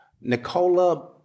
Nicola